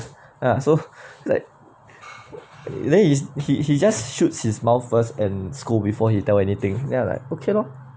so like then is he he just shoots his mouth first and scold before he tell anything then I'm like okay lor